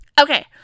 Okay